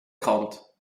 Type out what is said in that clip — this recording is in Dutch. krant